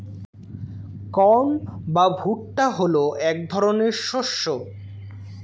corn বা ভুট্টা হলো এক ধরনের শস্য